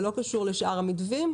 זה לא קשור לשאר המתווים.